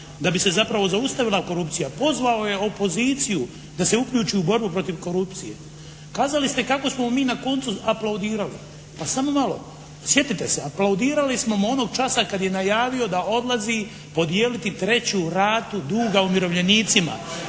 da bi se zapravo zaustavila korupcija pozvao je opoziciju da se uključi u borbu protiv korupcije. Kazali ste kako smo mi na koncu aplaudirali. Pa samo malo, sjetite se. Aplaudirali smo mu onog časa kada je najavio da odlazi podijeliti treću ratu duga umirovljenicima